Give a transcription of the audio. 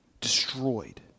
Destroyed